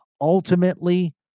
Ultimately